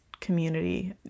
community